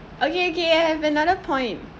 okay okay I have another point